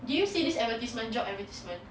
did you see this advertisement job advertisement